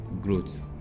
growth